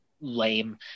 lame